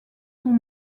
sont